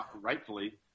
rightfully